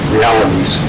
Realities